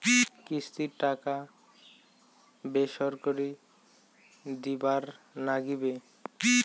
কিস্তির টাকা কেঙ্গকরি দিবার নাগীবে?